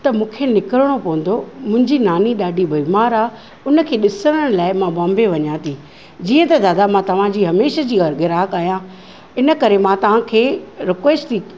त मूंखे निकिरणो पवंदो मुंहिंजी नानी ॾाढी बीमार आहे उनखे ॾिसण लाइ मां बॉम्बे वञा थी जीअं त दादा मां तव्हांजी हमेशह जी ग्राहक आहियां इन करे मां तव्हांखे रिक़्वेस्ट